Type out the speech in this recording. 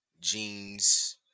jeans